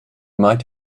might